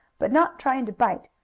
but not trying to bite,